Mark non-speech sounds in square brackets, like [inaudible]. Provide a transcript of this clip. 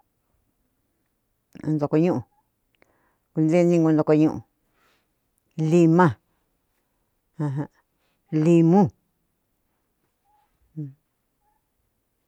Ntokoñu'u kunteningo ntokoñu'u lima ajan limu. [noise]